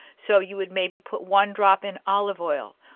so you would maybe put one drop in olive oil,